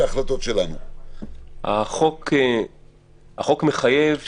החוק יעבור,